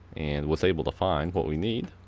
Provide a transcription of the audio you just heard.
and was able to find what we need.